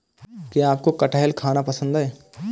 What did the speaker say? क्या आपको कठहल खाना पसंद है?